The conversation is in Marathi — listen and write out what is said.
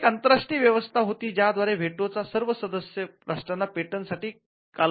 ही एक आंतरराष्ट्रीय व्यवस्था होती ज्या द्वारे व्हटो च्या सर्व सदस्य राष्ट्रांना पेटंट साठी कालावधी मंजूर करणे गरजेचे होते